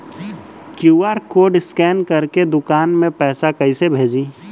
QR code scan करके दुकान में पैसा कइसे भेजी?